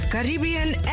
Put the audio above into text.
Caribbean